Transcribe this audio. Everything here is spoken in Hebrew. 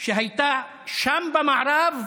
שהייתה שם במערב,